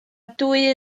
dwy